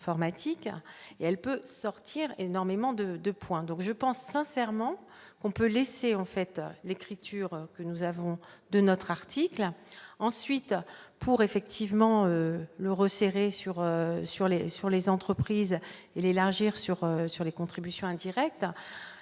et elle peut sortir énormément de de points, donc je pense sincèrement qu'on peut laisser en fait, l'écriture, que nous avons de notre article ensuite. Pour effectivement le resserrer sur sur les sur les entreprises et l'élargir sur sur les contributions indirectes